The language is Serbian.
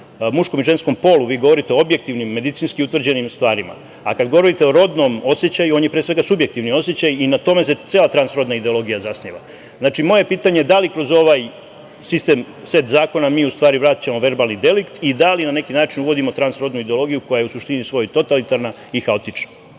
muškom i ženskom polu, vi govorite o objektivnim medicinski utvrđenim stvarima, a kada govorite o rodnom osećaju, on je pre svega subjektivni osećaj i na tome se cela transrodna ideologija zasniva. Znači, moje pitanje je – da li kroz ovaj sistem, set zakona mi u stvari vraćamo verbalni delikt i da li na neki način uvodimo transrodnu ideologiju, koja je u suštini totalitarna i haotična?